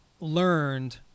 learned